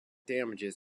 damages